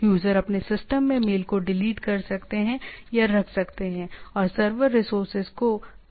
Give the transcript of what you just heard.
user अपने system में mail को डिलीट कर सकते हैं या रख सकते हैं और सर्वर रिसोर्सेज को कम कर सकते हैं